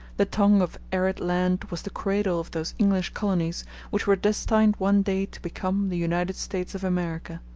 the tongue of arid land was the cradle of those english colonies which were destined one day to become the united states of america.